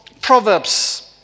Proverbs